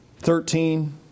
Thirteen